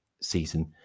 season